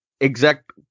exact